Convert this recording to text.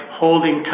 holding